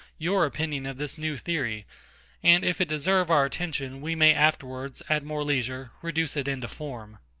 your opinion of this new theory and if it deserve our attention, we may afterwards, at more leisure, reduce it into form.